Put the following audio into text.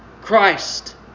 Christ